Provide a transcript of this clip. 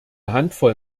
handvoll